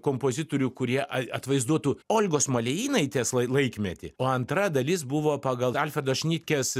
kompozitorių kurie a atvaizduotų olgos malėjinaitės lai laikmetį o antra dalis buvo pagal alfredo šnitkės